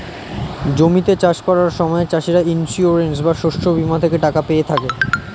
জমিতে চাষ করার সময় চাষিরা ইন্সিওরেন্স বা শস্য বীমা থেকে টাকা পেয়ে থাকে